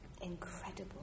Incredible